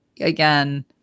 Again